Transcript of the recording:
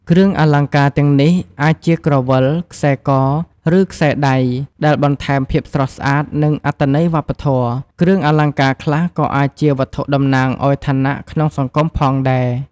គ្រឿងអលង្ការទាំងនេះអាចជាក្រវិល ខ្សែក ឬខ្សែដៃ ដែលបន្ថែមភាពស្រស់ស្អាត និងអត្ថន័យវប្បធម៌។ គ្រឿងអលង្ការខ្លះក៏អាចជាវត្ថុតំណាងឲ្យឋានៈក្នុងសង្គមផងដែរ។